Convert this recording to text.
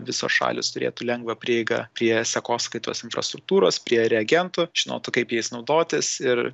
visos šalys turėtų lengvą prieigą prie sekoskaitos infrastruktūros prie reagentų žinotų kaip jais naudotis ir